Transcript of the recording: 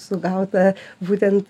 sugautą būtent